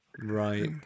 Right